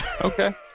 Okay